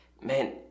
man